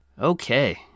Okay